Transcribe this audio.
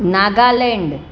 Nagaland